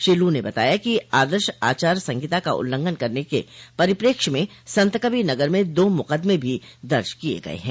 श्री लू ने बताया कि आदर्श आचार संहिता का उल्लंघन करने के परिप्रेक्ष्य में संतकबीरनगर में दो मुकदमें भी दर्ज किये गये हैं